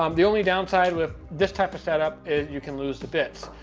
um the only downside with this type of setup you can lose the bits.